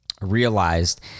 realized